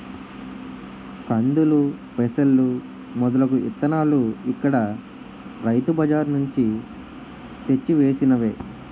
కందులు, పెసలు మొదలగు ఇత్తనాలు ఇక్కడ రైతు బజార్ నుంచి తెచ్చి వేసినవే